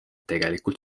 tegelikult